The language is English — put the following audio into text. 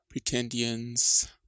pretendians